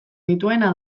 dituena